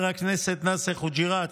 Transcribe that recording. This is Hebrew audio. של חבר הכנסת יאסר חוג'יראת,